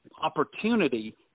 opportunity